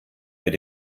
mit